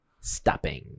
Stopping